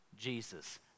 Jesus